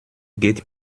geht